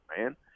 man